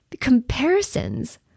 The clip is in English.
comparisons